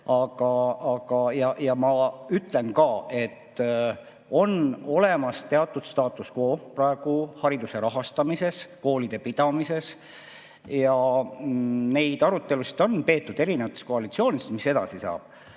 teha. Ma ütlen ka, et on olemas teatudstatus quohariduse rahastamises, koolide pidamises. Neid arutelusid on peetud erinevates koalitsioonides, et mis edasi saab.